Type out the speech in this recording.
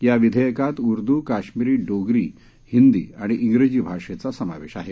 या विधेयकात उर्द कश्मीरी डोगरी हिंदी आणि इंग्रजी भाषेचा समावेश आहे